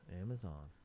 Amazon